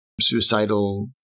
suicidal